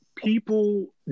people